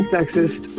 Sexist